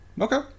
okay